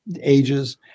ages